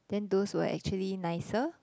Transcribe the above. then those were actually nicer